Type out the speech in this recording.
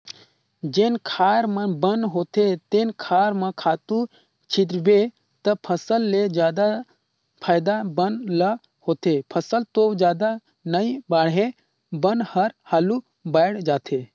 जेन खार म बन होथे तेन खार म खातू छितबे त फसल ले जादा फायदा बन ल होथे, फसल तो जादा नइ बाड़हे बन हर हालु बायड़ जाथे